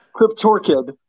Cryptorchid